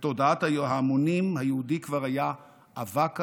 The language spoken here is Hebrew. בתודעת ההמונים היהודי כבר היה אבק אדם,